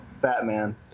Batman